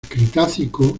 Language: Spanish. cretácico